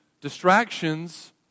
distractions